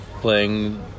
playing